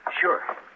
Sure